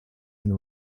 and